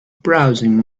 browsing